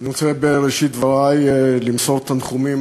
אני רוצה בראשית דברי למסור תנחומים